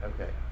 Okay